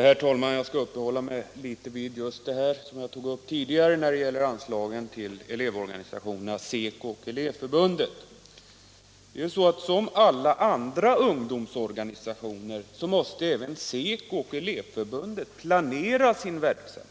Herr talman! Jag skall uppehålla mig något vid det som jag tog upp tidigare i debatten, nämligen anslagen till SECO och Elevförbundet. Det är ju så, att SECO och Elevförbundet liksom alla andra ungdomsorganisationer måste planera sin verksamhet.